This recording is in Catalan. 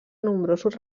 nombrosos